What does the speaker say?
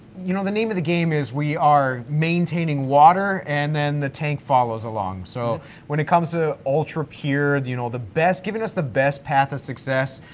you know the name of the game is we are maintaining water and then the tank follows along, so when it comes to ultra pure, the you know the best, giving us the best path of success,